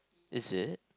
is it